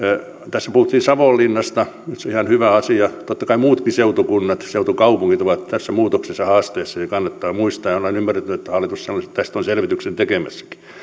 tässä puhuttiin savonlinnasta se on ihan hyvä asia totta kai muutkin seutukunnat seutukaupungit ovat tässä muutoksessa haasteessa ja kannattaa muistaa ja olen ymmärtänyt että hallitus tästä on selvityksen tekemässäkin